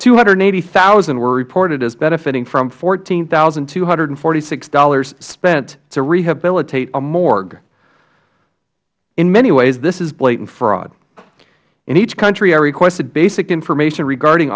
two hundred and eighty thousand were reported as benefitting from fourteen thousand two hundred and forty six dollars spent to rehabilitate a morgue in many ways this is blatant fraud in each country i requested basic information regarding